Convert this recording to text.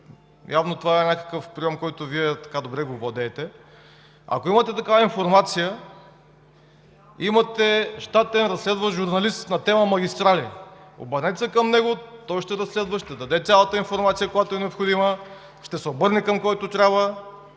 Явно това е някакъв прийом, който Вие добре го владеете. Ако имате такава информация, имате щатен разследващ журналист на тема „Магистрали“, обърнете се към него и той ще разследва, ще даде цялата информация, която е необходима, ще се обърне към който трябва,